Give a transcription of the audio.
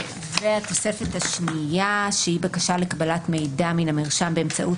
התוספת השנייה היא בקשה לקבלת מידע מן המרשם באמצעות